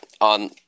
on